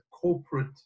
corporate